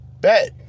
bet